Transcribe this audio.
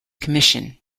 commission